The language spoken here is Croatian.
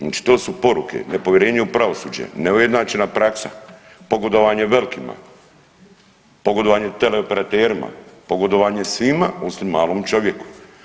Znači to su poruke, nepovjerenje u pravosuđe, neujednačena praksa, pogodovanje velikima, pogodovanje teleoperaterima, pogodovanje svima osim malom čovjeku.